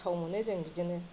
गोथाव मोनो जों बिदिनो